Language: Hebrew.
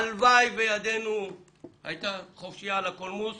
הלוואי וידינו היתה חופשיה על הקולמוס